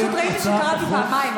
פשוט ראיתי שקראתי פעמיים,